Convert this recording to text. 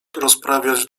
rozprawiać